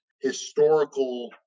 historical